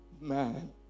man